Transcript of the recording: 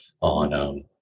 on